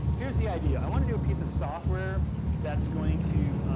here's the idea. i want to do a piece of software that's going to,